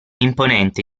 imponente